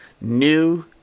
new